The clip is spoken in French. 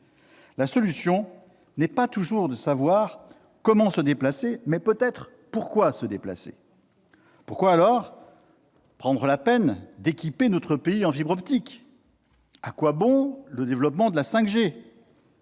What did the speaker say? La solution n'est pas toujours de savoir comment se déplacer, mais peut-être pourquoi se déplacer. Pourquoi alors prendre la peine d'équiper notre pays en fibre optique ? À quoi bon le développement de la 5G